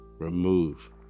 Remove